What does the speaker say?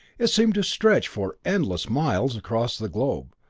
it seemed to stretch for endless miles across the globe,